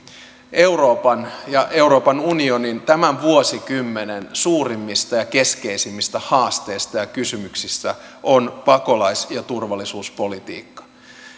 euroopan ja euroopan unionin tämän vuosikymmenen suurimmista ja keskeisimmistä haasteista ja kysymyksistä on pakolais ja turvallisuuspolitiikka